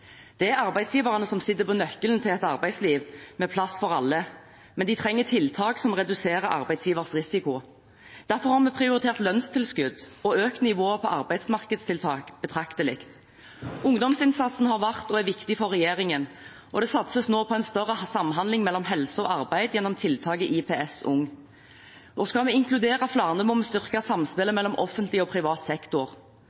Det er arbeidsgiverne som sitter på nøkkelen til et arbeidsliv med plass for alle, men de trenger tiltak som reduserer arbeidsgivers risiko. Derfor har vi prioritert lønnstilskudd og økt nivået på arbeidsmarkedstiltak betraktelig. Ungdomsinnsatsen har vært og er viktig for regjeringen, og det satses nå på en større samhandling mellom helse og arbeid gjennom tiltaket IPS Ung. Skal vi inkludere flere, må vi styrke samspillet